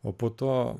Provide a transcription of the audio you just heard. o po to